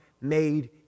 made